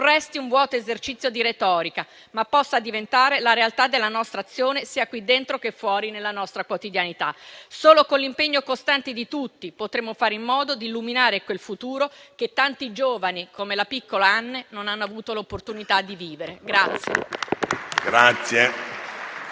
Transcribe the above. resti un vuoto esercizio di retorica, ma possa diventare la realtà della nostra azione, sia qui dentro che fuori, nella nostra quotidianità. Solo con l'impegno costante di tutti potremo fare in modo di illuminare quel futuro che tanti giovani, come la piccola Anne, non hanno avuto l'opportunità di vivere.